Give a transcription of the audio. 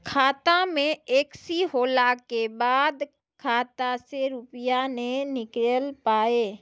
खाता मे एकशी होला के बाद खाता से रुपिया ने निकल पाए?